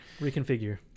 Reconfigure